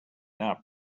not